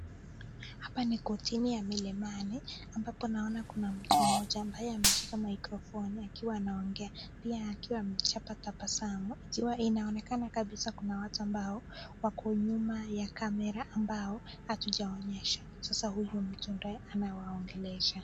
Hapa ni kotini ya milimani ambapo naona kuna mtu mmoja ambaye ameshika (cs) microphoni (cs) akiwa anaongea pia akiwa amechapa tabasamu akiwa inaonekana kabisa kuna watu ambao wako nyuma ya camera (cs) ambao hatujaonyeshwa sasa huyo mtu ndie anawaongelesha.